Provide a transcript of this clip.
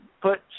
put